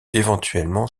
éventuellement